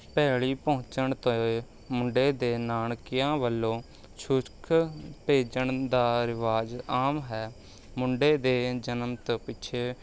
ਭੇਲੀ ਪਹੁੰਚਣ 'ਤੇ ਮੁੰਡੇ ਦੇ ਨਾਨਕਿਆਂ ਵੱਲੋਂ ਛੂਛਕ ਭੇਜਣ ਦਾ ਰਿਵਾਜ਼ ਆਮ ਹੈ ਮੁੰਡੇ ਦੇ ਜਨਮ ਤੋਂ ਪਿੱਛੋਂ